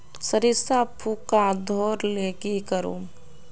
सरिसा पूका धोर ले की करूम?